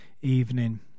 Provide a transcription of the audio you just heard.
evening